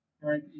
Right